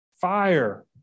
Fire